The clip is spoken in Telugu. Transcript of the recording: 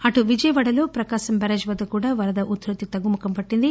అటు విజయవాడ లో ప్రకాశం బరాజ్ వద్ద కూడా వరద ఉద్భతి తగ్గుముఖం పట్టింది